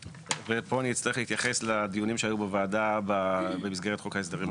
ופה אני אצטרך להתייחס לדיונים שהיו בוועדה במסגרת חוק ההסדרים הקודם.